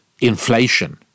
inflation